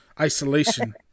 isolation